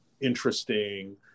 interesting